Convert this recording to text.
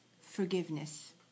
forgiveness